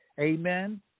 amen